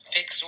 Fix